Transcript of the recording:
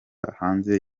hanze